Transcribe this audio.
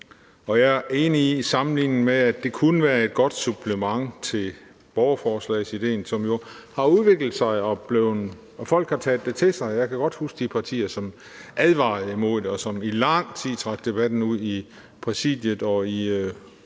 Jeg er enig i, at det kunne være et godt supplement til borgerforslagsideen, som jo har udviklet sig, og som folk har taget til sig. Jeg kan godt huske de partier, som advarede imod det, og som i lang tid trak debatten ud i Præsidiet og i